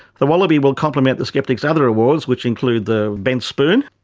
the wallaby will complement the skeptics' other awards, which include the bent spoon,